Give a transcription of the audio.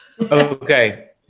Okay